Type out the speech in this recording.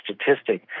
statistic